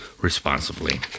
responsibly